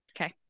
Okay